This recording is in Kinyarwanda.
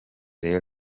rayon